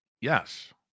Yes